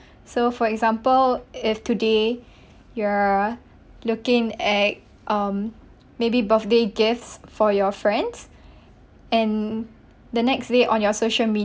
so for example if today you are looking at um maybe birthday gifts for your friends and the next day on your social media